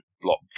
block